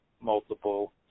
multiple